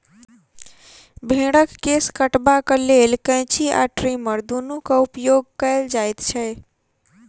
भेंड़क केश कटबाक लेल कैंची आ ट्रीमर दुनूक उपयोग कयल जाइत छै